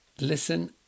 listen